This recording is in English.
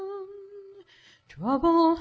well well